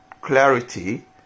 clarity